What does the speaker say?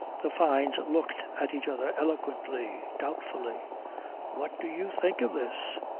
the fynes looked at each other eloquently, doubtfully what do you think of this?